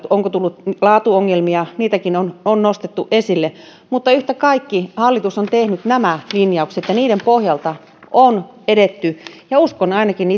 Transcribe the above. onko tullut laatuongelmia niitäkin on on nostettu esille mutta yhtä kaikki hallitus on tehnyt nämä linjaukset ja niiden pohjalta on edetty uskon ainakin